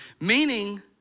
meaning